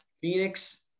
Phoenix